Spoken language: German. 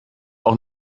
auch